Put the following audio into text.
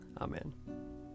Amen